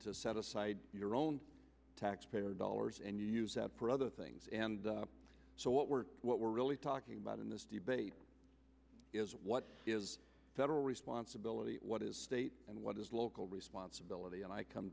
to set aside your own taxpayer dollars and use that for other things and so what we're what we're really talking about in this debate is what is federal responsibility what is state and what is local responsibility and i come